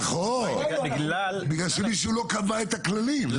נכון, בגלל שמישהו לא קבע את הכללים.